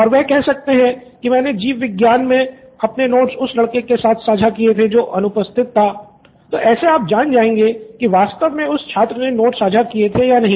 और वे कह सकते हैं कि मैंने जीव विज्ञान कक्षा मे अपने नोट्स उस लड़के के साथ साझा किए थे जो अनुपस्थित था तो ऐसे आप जान जाएँगे कि वास्तव में उस छात्र ने नोट्स साझा किए थे या नहीं